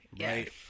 right